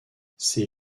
ces